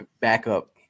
backup